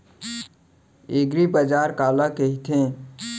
एगरीबाजार काला कहिथे?